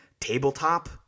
tabletop